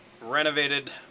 renovated